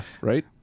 Right